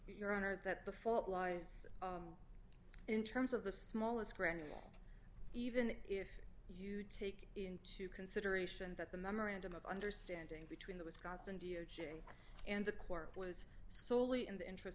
your honor that before it lies in terms of the smallest granule even if you take into consideration that the memorandum of understanding between the wisconsin d o j and the court was solely in the interest